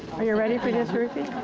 are you ready for this, ruthie?